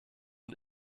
und